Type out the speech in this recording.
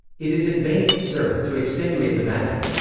it is in vain, sir, to extenuate the matter.